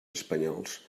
espanyols